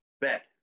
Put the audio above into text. bet